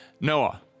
Noah